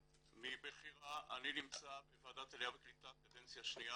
מבחירה אני נמצא בוועדת העלייה והקליטה קדנציה שניה